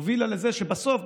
הובילה לזה שבסוף,